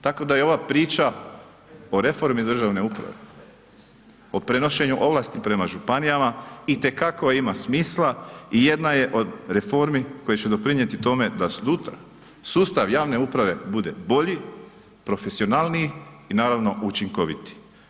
Tako da i ova priča o reformi državne uprave, o prenošenju ovlasti prema županijama i te kako ima smisla i jedna je od reformi koje će doprinijeti tome da sutra sustav javne uprave bude bolji, profesionalniji i naravno, učinkovitiji.